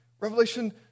Revelation